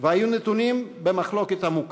והיו נתונים במחלוקת עמוקה,